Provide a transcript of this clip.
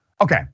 Okay